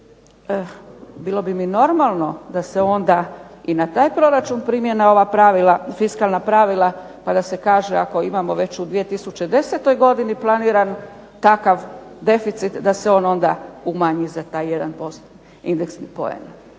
Bilo bi mi normalno da se onda i na taj proračun primjene ova fiskalna pravila pa da se kaže ako imamo već u 2010. godini planiran takav deficit da se on onda umanji za taj 1% indeksnih poena.